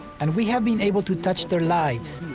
and we have been able to touch their lives,